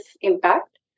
impact